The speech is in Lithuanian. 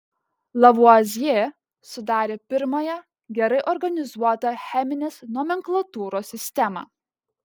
lavuazjė sudarė pirmąją gerai organizuotą cheminės nomenklatūros sistemą